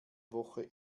woche